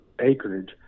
acreage